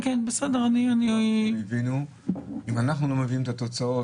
אם אנחנו לא מבינים את התוצאות,